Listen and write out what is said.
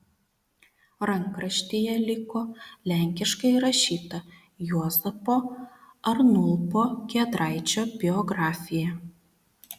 rankraštyje liko lenkiškai rašyta juozapo arnulpo giedraičio biografija